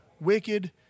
wicked